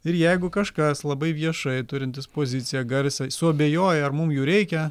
ir jeigu kažkas labai viešai turintis poziciją garsiai suabejoja ar mum jų reikia